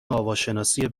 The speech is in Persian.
آواشناسی